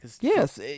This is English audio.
Yes